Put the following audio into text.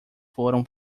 foram